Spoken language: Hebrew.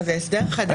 זה הסדר חדש.